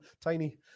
tiny